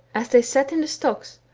as they sat in the stocks,